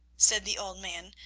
said the old man,